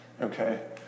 Okay